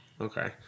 Okay